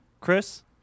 Chris